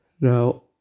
Now